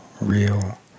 real